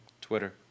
Twitter